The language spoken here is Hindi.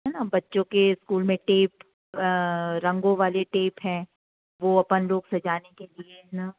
है ना बच्चों के स्कूल में टेप रंगों वाले टेप हैं वह अपन लोग सजाने के लिए है ना